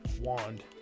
wand